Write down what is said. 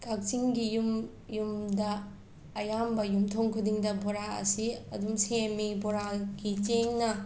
ꯀꯛꯆꯤꯡꯒꯤ ꯌꯨꯝ ꯌꯨꯝꯗ ꯑꯌꯥꯟꯕ ꯌꯨꯝꯊꯣꯡꯈꯨꯗꯤꯡꯗ ꯕꯣꯔꯥ ꯑꯁꯤ ꯑꯗꯨꯝ ꯁꯦꯝꯃꯤ ꯕꯣꯔꯥꯒꯤ ꯆꯦꯡꯅ